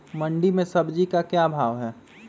मंडी में सब्जी का क्या भाव हैँ?